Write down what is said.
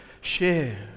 share